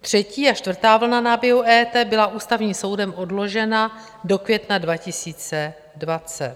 Třetí a čtvrtá vlna náběhu EET byla Ústavním soudem odložena do května 2020.